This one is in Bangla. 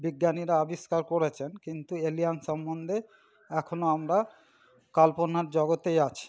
বিজ্ঞানীরা আবিষ্কার করেছেন কিন্তু এলিয়ান সম্মন্ধে এখনো আমরা কাল্পনার জগতেই আছি